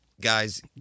guys